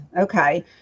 Okay